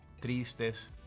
tristes